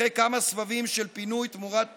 אחרי כמה סבבים של פינוי תמורת פיצוי,